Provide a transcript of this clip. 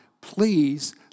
Please